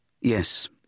Yes